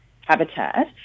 habitat